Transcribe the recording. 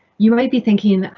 you might be thinking,